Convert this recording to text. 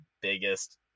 biggest